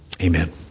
Amen